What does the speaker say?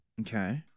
Okay